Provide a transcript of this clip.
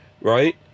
right